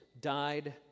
died